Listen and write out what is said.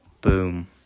boom